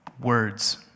Words